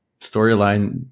storyline